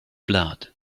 blood